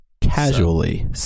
casually